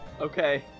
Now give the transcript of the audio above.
Okay